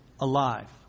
alive